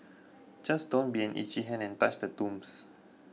just don't be an itchy hand and touch the tombs